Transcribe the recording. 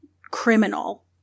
criminal